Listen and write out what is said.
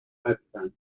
بستند